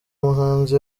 muhanzi